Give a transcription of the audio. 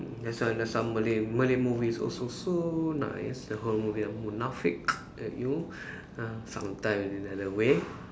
like some like some Malay Malay movies also so nice that horror movie ah munafik at you uh sometimes in other way